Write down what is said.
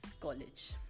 college